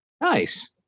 Nice